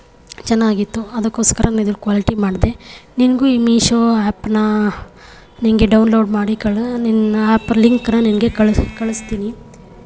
ಚೆನ್ನಾಗಿತ್ತು ಅದಕ್ಕೋಸ್ಕರ ನಾನು ಇದಲ್ ಕ್ವಾಲಿಟಿ ಮಾಡಿದೆ ನಿಂಗೂ ಈ ಮಿಶೋ ಆ್ಯಪನ್ನ ನಿನಗೆ ಡೌನ್ಲೋಡ್ ಮಾಡಿ ಕಳ್ ನಿನ್ನ ಆ್ಯಪ್ ಲಿಂಕನ್ನ ನಿನಗೆ ಕಳ್ ಕಳಿಸ್ತೀನಿ